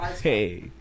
Hey